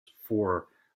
for